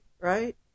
right